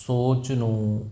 ਸੋਚ ਨੂੰ